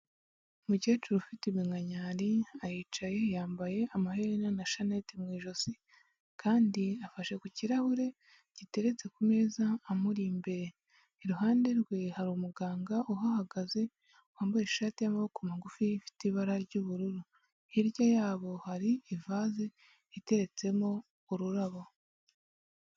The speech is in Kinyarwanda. Umukecuru ufite iminkanyari aricaye yambaye amaherena na shanete mu ijosi, kandi afashe ku kirahure giteretse ku meza amuri imbere, iruhande rwe hari umuganga uhahagaze wambaye ishati y'amaboko magufi ifite ibara ry'ubururu. Hirya yabo hari ivaze ihateretsemo ururabo.